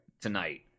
tonight